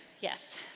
Yes